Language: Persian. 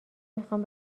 میخوام